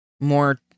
more